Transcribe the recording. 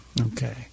Okay